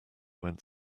went